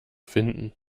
finden